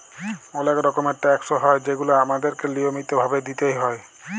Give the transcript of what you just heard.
অলেক রকমের ট্যাকস হ্যয় যেগুলা আমাদেরকে লিয়মিত ভাবে দিতেই হ্যয়